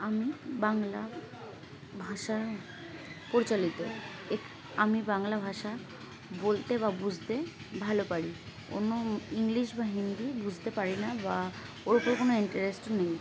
আমি বাংলা ভাষা পরিচালিত আমি বাংলা ভাষা বলতে বা বুঝতে ভালো পারি অন্য ইংলিশ বা হিন্দি বুঝতে পারি না বা ওর উপর কোনো ইন্টারেস্টও নেই